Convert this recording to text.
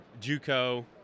Juco